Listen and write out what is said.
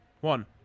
One